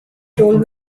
told